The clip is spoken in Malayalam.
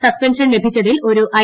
സ്പെൻഷൻ ലഭിച്ചതിൽ ഒരു ഐ